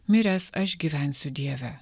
miręs aš gyvensiu dieve